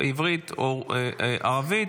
עברית או ערבית.